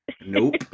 Nope